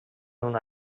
una